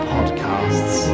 Podcasts